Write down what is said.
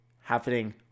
happening